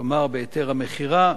כלומר בהיתר המכירה,